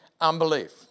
unbelief